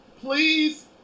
please